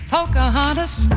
Pocahontas